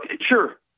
sure